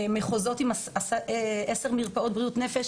מחוזות עם עשר מרפאות בריאות נפש